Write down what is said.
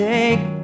Take